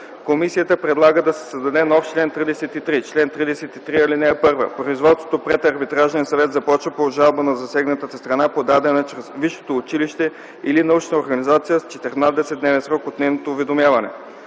Комисията предлага да се създаде нов чл. 33: „Чл. 33. (1) Производството пред Арбитражен съвет започва по жалба на засегнатата страна, подадена чрез висшето училища или научната организация в 14-дневен срок от нейното уведомяване.